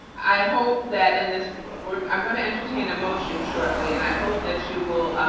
i hope that in this work, i'm gonna entertain a motion shortly. and i hope that you will